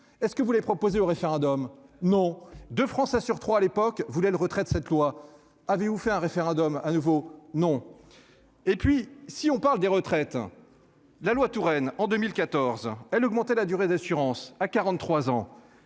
Est ce que vous voulez proposer au référendum. Non, 2 Français sur 3 à l'époque voulait le retrait de cette loi. Avez-vous fait un référendum à nouveau non. Et puis si on parle des retraites. La loi Touraine en 2014 elle augmenter la durée d'assurance à 43 ans.